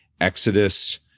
Exodus